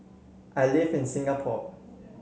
I live in Singapore